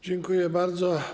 Dziękuję bardzo.